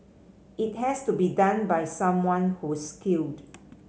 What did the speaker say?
it has to be done by someone who's skilled